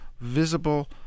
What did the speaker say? visible